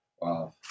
Wow